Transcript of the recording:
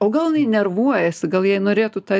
o gal jinai nervuojasi gal jai norėtų tą